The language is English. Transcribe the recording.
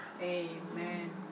Amen